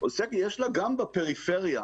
יש בפריפריה